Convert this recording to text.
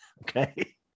Okay